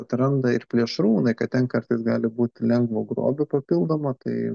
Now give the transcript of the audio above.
atranda ir plėšrūnai kad ten kartais gali būti lengvo grobio papildomo tai